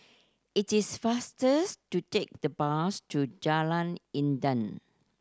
it is fasters to take the bus to Jalan Intan